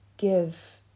give